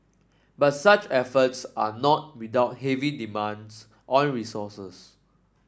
but such efforts are not without heavy demands on resources